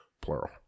Plural